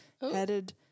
headed